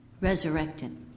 resurrected